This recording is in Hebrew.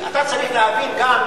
אתה צריך להבין גם,